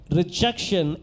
rejection